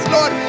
Lord